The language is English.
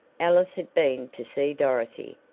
alice had been to see dorothy,